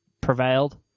prevailed